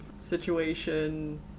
Situation